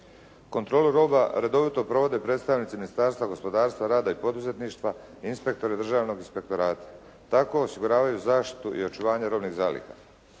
Kontrolu roba redovito provode predstavnici Ministarstva gospodarstva, rada i poduzetništva, inspektori Državnog inspektorata. Tako osiguravaju zaštitu i očuvanje robnih zaliha.